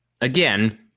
again